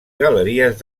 galeries